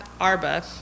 Arba